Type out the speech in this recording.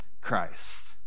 Christ